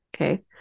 Okay